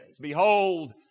Behold